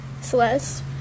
Celeste